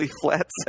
flat